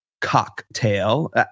Cocktail